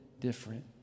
different